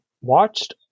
watched